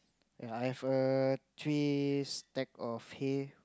yea I have a three stack of hay